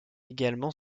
également